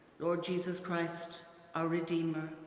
lord jesus christ our redeemer,